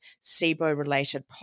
SIBO-related